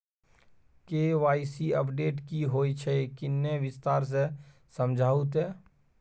KYC update की होय छै किन्ने विस्तार से समझाऊ ते?